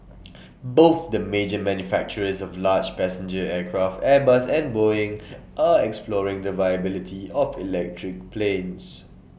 both the major manufacturers of large passenger aircraft airbus and boeing are exploring the viability of electric planes